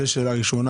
זו שאלה ראשונה.